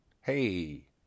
Hey